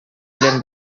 белән